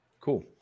cool